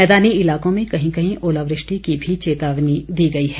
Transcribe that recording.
मैदानी इलाकों में कहीं कहीं ओलावृष्टि की भी चेतावनी दी गई है